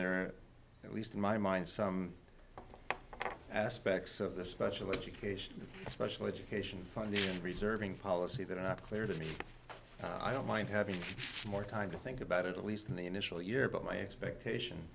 are at least in my mind some aspects of the special education special education funding reserving policy that are not clear to me i don't mind having more time to think about it at least in the initial year but my expectation